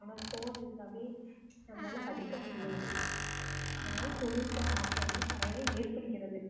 ஆனால் ஃபோன் இருந்தால் நம்மளால படிக்க முடியாது அதனால தொழில் நுட்பம் மாற்றம் வந்து நிறைய ஏற்படுகிறது